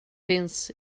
finns